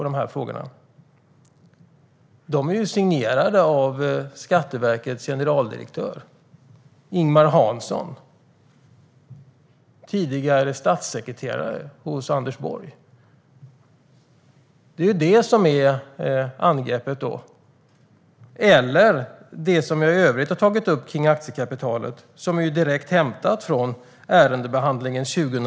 De är signerade av Skatteverkets generaldirektör Ingemar Hansson, tidigare statssekreterare hos Anders Borg. Det är ditåt angreppet riktas. Och det som jag i övrigt har tagit upp om aktiekapitalet är direkt hämtat från ärendebehandlingen 2010/2011.